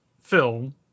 film